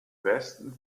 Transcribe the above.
westen